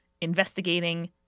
investigating